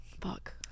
Fuck